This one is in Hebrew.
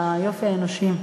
היופי האנושי.